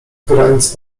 granic